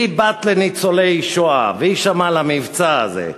והיא בת לניצולי שואה, והיא שמעה על המבצע הזה,